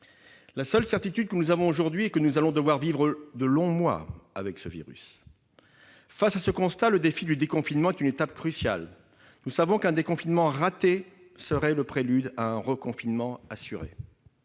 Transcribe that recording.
La seule certitude que nous avons aujourd'hui est que nous allons devoir vivre de longs mois avec ce virus. Ce constat étant fait, le défi du déconfinement est une étape cruciale. Nous savons qu'un déconfinement raté serait le prélude à un reconfinement assuré.